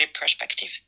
perspective